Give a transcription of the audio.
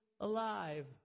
alive